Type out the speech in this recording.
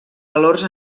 valors